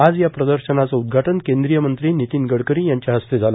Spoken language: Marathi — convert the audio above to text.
आज या प्रदर्शनाचे उघटन केंद्रीय मंत्री नितीन गडकरी यांच्या हस्ते झाले